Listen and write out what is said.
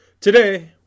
Today